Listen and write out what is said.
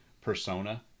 persona